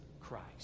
Christ